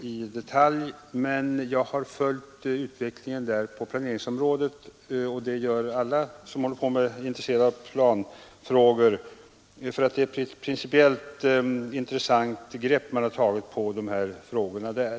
i detalj, men jag har följt utvecklingen där på planeringsområdet — det gör alla som är intresserade av planfrågor. Man har nämligen där tagit ett principiellt intressant grepp på de här frågorna.